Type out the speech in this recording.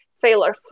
failure